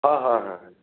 অ' হয় হয়